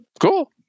Cool